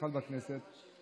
בכנסת.